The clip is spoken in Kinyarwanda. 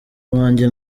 uwanjye